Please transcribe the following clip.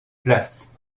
places